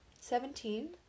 Seventeen